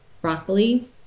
broccoli